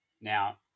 Now